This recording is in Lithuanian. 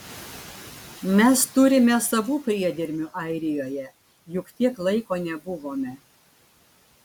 mes turime savų priedermių airijoje juk tiek laiko nebuvome